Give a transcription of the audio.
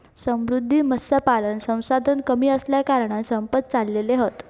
समुद्री मत्स्यपालन संसाधन कमी असल्याकारणान संपत चालले हत